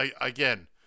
Again